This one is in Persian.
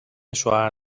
شوهر